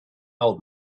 old